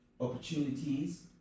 opportunities